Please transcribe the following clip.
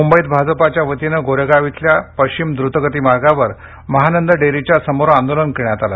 मुंबईत भाजपाच्या वतीनं गोरेगाव येथील पश्चिम द्रतगती मार्गावर महानंद डेअरीच्या समोर आंदोलन करण्यात आलं